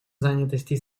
занятости